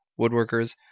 woodworkers –